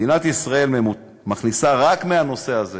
מדינת ישראל מכניסה רק מהנושא הזה